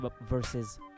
versus